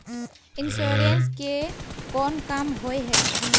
Insurance के कोन काम होय है?